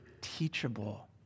teachable